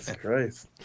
Christ